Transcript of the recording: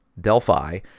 Delphi